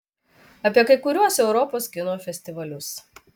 apie kai kuriuos europos kino festivalius